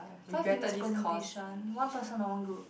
five minutes presentation one person or one group